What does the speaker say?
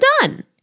done